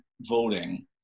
voting